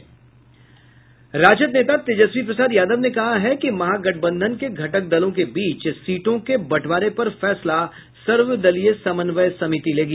राजद नेता तेजस्वी प्रसाद यादव ने कहा कि महागठबंधन के घटक दलों के बीच सीटों के बंटवारे पर फैसला सर्वदलीय समन्वय समिति लेगी